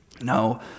no